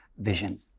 vision